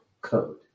code